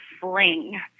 fling